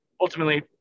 ultimately